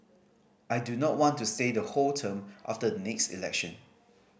I do not want to stay the whole term after the next election